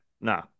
No